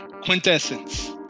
Quintessence